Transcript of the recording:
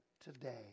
today